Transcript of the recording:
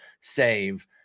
save